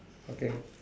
okay